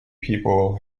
people